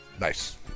Nice